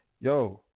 Yo